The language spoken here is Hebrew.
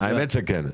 האמת שכן.